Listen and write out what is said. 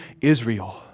Israel